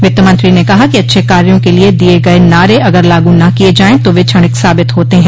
वित्तमंत्री ने कहा कि अच्छे कार्यों के लिए दिए गए नारे अगर लागू न किये जाएं तो वे क्षणिक साबित होते हैं